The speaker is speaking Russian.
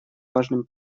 важным